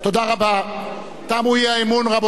תמו הצעות האי-אמון, רבותי חברי הכנסת.